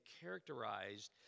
characterized